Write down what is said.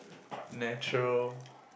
natural